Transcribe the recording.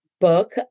book